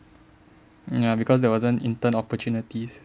ya because there wasn't intern opportunities